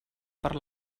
per